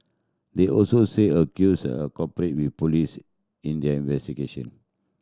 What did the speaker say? they also say accuser cooperated with police in their investigation